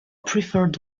preferred